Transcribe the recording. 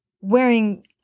wearing